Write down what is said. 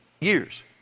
years